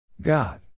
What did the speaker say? God